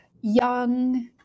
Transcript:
young